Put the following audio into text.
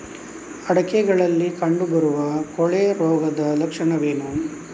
ಅಡಿಕೆಗಳಲ್ಲಿ ಕಂಡುಬರುವ ಕೊಳೆ ರೋಗದ ಲಕ್ಷಣವೇನು?